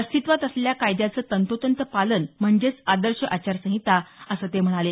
अस्तित्वात असलेल्या कायद्याचं तंतोतंत पालन म्हणजेच आदर्श आचारसंहिता असं ते म्हणाले